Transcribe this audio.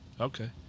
okay